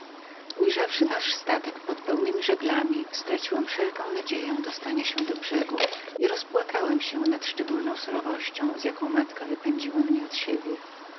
ujrzawszy nasz statek pod pełnemi żaglami i wiedząc że straciłem wszelką nadzieję dostania się do brzegu jąłem rozmyślać nad okrucieństwem lub raczej nad szczególną surowością z jaką matka wypędziła mnie od